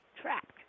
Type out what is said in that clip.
trapped